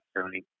Tony